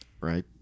Right